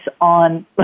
on